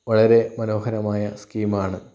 വളരെ മനോഹരമായ സ്കീമാണ്